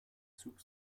zug